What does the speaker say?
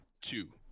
two